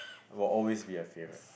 it will always be a favourite